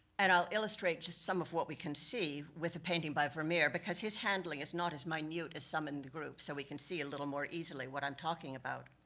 and i'll illustrate, just some of what we can see, with a painting by vermeer, because his handling is not as minute as some in the group, so we can see a little more easily, what i'm talking about.